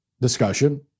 discussion